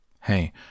Hey